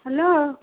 hello